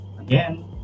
Again